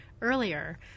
earlier